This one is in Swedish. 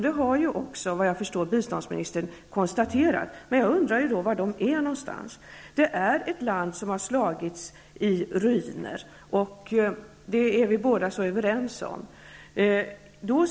Det har också, vad jag kan förstå, biståndsministern konstaterat. Men var är då insatserna? Det här är ett land som har slagits i ruiner. Det är vi båda två överens om.